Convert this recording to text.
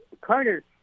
Carter